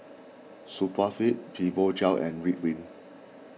Supravit Fibogel and Ridwind